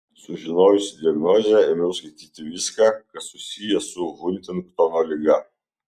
sužinojusi diagnozę ėmiau skaityti viską kas susiję su huntingtono liga